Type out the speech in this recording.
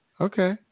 Okay